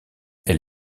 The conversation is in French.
elle